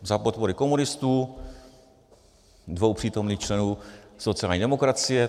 Za podpory komunistů, dvou přítomných členů sociální demokracie.